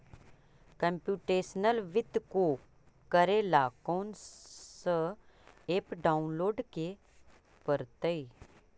computational वित्त को करे ला कौन स ऐप डाउनलोड के परतई